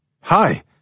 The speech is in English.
Hi